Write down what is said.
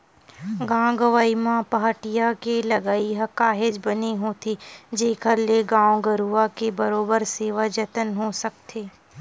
गाँव गंवई म पहाटिया के लगई ह काहेच बने होथे जेखर ले गाय गरुवा के बरोबर सेवा जतन हो सकथे